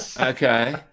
Okay